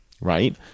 right